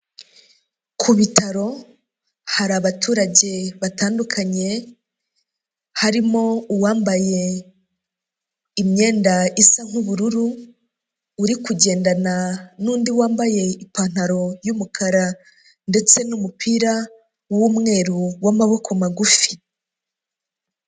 Ku bitaro hari abaturage batandukanye harimo uwambaye imyenda isa nk'ubururu uri kugendana n'undi wambaye ipantaro y'umukara ndetse n'umupira w'umweru w'amaboko magufi.